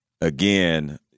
again